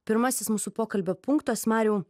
pirmasis mūsų pokalbio punktas mariau